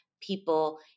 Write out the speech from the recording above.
people